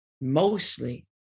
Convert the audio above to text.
Mostly